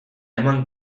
eman